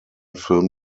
film